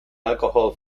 alcohol